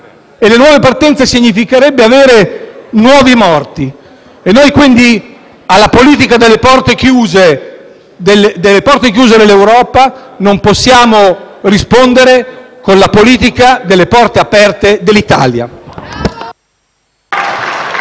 e nuove partenze significherebbero nuovi morti. Noi, quindi, alla politica delle porte chiuse dell'Europa non possiamo rispondere con la politica delle porte aperte dell'Italia.